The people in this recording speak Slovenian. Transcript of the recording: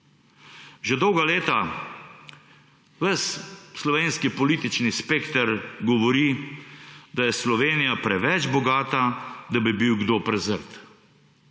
Že dolga leta ves slovenski politični spekter govori, da je Slovenija preveč bogata, da bi bil kdo prezrt.